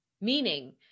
Meaning